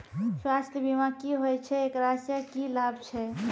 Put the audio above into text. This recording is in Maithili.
स्वास्थ्य बीमा की होय छै, एकरा से की लाभ छै?